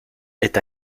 est